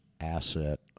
asset